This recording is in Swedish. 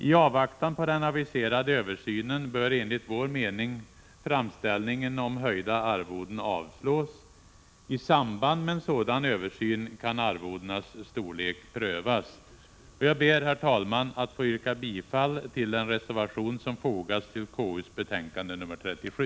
I avvaktan på den aviserade översynen bör enligt vår mening framställningen om höjda arvoden avslås. I samband med en sådan översyn kan arvodenas storlek prövas. Jag ber, herr talman, att få yrka bifall till den reservation som fogats till KU:s betänkande nr 37.